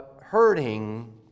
hurting